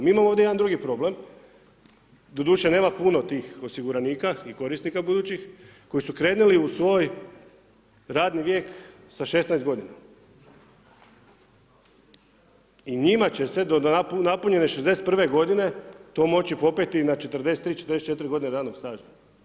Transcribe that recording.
Mi imamo ovdje jedan drugi problem, doduše, nema puno tih osiguranika i korisnika budućih koji su krenuli u svoj radni vijek sa 16 g. I njima će se do napunjene 61 g. to moći popeti na 43, 44 g. radnog staža.